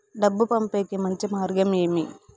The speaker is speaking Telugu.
డబ్బు పంపేకి మంచి మార్గం ఏమి